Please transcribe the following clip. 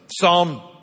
Psalm